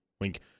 Wink